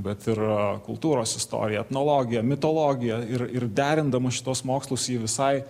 bet ir kultūros istorija etnologija mitologija ir ir derindama šituos mokslus ji visai